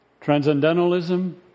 transcendentalism